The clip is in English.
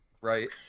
Right